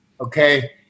Okay